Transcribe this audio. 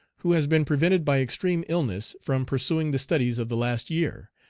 who has been prevented by extreme illness from pursuing the studies of the last year.